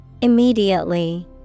immediately